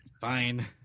fine